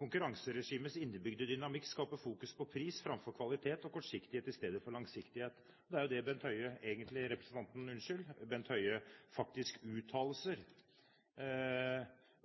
Konkurranseregimets innebygde dynamikk skaper fokus på pris framfor kvalitet, og kortsiktighet i stedet for langsiktighet.» Det jo egentlig representanten Bent Høie faktisk uttaler,